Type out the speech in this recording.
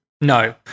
no